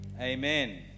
Amen